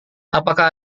apakah